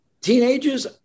teenagers